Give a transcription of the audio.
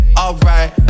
alright